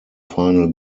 final